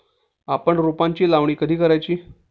आपण रोपांची लावणी कधी करायची?